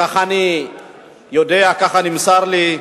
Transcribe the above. ככה אני יודע, ככה נמסר לי,